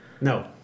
No